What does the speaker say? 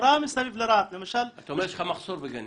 אתה אומר, יש לך מחסור בגנים.